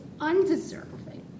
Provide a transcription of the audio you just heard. undeserving